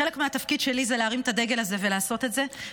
חלק מהתפקיד שלי הוא להרים את הדגל הזה ולעשות את זה,